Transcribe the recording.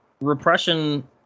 repression